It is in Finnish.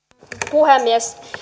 puhemies